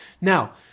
Now